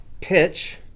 pitch